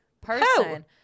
person